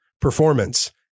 performance